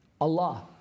Allah